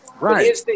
Right